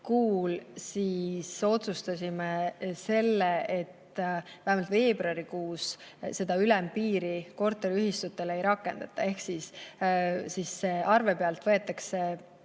kuul otsustasime, et vähemalt veebruarikuus seda ülempiiri korteriühistutele ei rakendata, ehk siis arve pealt, mis